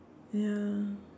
ya